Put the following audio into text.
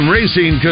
Racing